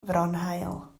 fronhaul